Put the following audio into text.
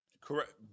Correct